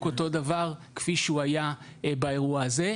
אותו דבר כפי שהוא היה באירוע הזה.